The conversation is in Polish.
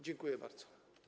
Dziękuję bardzo.